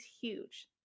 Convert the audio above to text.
huge